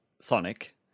Sonic